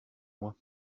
moi